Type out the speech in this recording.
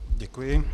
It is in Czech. Děkuji.